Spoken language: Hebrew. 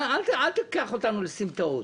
אל תיקח אותנו לסמטאות.